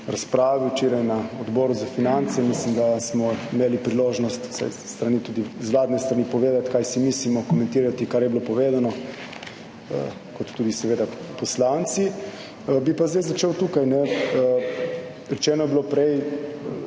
razpravi včeraj na Odboru za finance. Mislim, da smo imeli priložnost, vsaj tudi z vladne strani, povedati, kaj si mislimo, komentirati, kar je bilo povedano, kot tudi seveda poslanci. Bi pa zdaj začel tukaj, rečeno je bilo prej